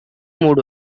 moved